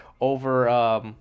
over